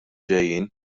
ġejjin